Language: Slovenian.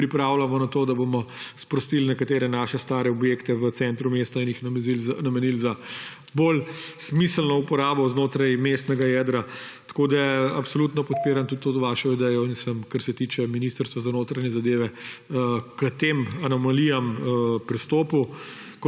pripravljamo na to, da bomo sprostili nekatere naše stare objekte v centru mesta in jih namenili za bolj smiselno uporabo znotraj mestnega jedra. Tako absolutno podpiram tudi to vašo idejo, kar se tiče Ministrstva za notranje zadeve, k tem anomalijam, pristopu.